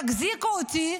תחזיקו אותי",